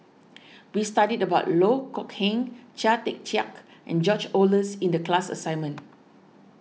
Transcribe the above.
we studied about Loh Kok Heng Chia Tee Chiak and George Oehlers in the class assignment